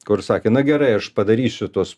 kur sakė na gerai aš padarysiu tuos